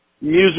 music